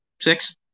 Six